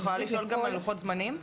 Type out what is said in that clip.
אני יכולה לשאול גם על לוחות זמנים?